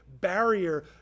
barrier